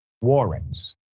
warrants